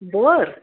बर